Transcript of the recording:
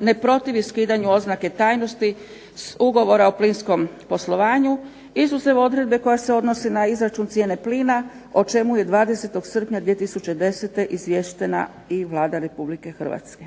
ne protivi skidanju oznake tajnosti Ugovora o plinskom poslovanju, izuzev odredbe koja se odnosi na izračun cijene plina o čemu je 20. srpnja 2010. izviještena i Vlada Republike Hrvatske.